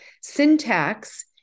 syntax